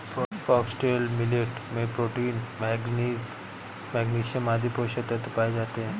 foxtail millet में protein, manganese, magnesium आदि पोषक तत्व पाए जाते है